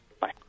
Bye